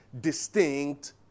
distinct